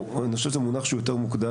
אני חושב שזה מונח שהוא יותר מוקדש,